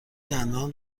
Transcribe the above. دندان